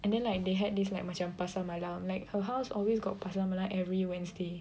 and then like they had this like macam pasar malam like her house always got pasar malam like every Wednesday